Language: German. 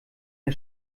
der